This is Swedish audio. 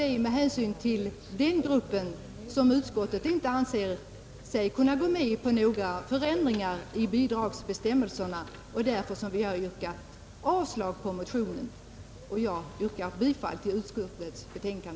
Det är med hänsyn till den gruppens uppdrag som utskottet nu inte anser sig kunna vara med om att förorda några ändringar i gällande bidragsbestämmelser, utan har avstyrkt motionen. Jag yrkar, herr talman, bifall till utskottets hemställan.